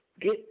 get